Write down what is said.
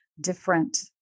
different